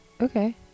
okay